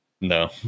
no